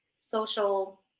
social